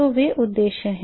तो वे उद्देश्य हैं